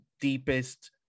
deepest